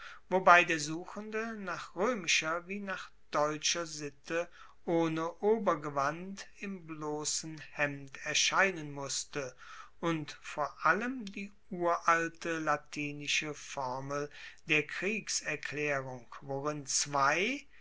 wobei der suchende nach roemischer wie nach deutscher sitte ohne obergewand im blossen hemd erscheinen musste und vor allem die uralte latinische formel der kriegserklaerung worin zwei